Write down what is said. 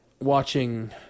Watching